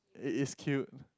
it is cute